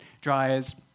dryers